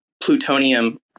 Plutonium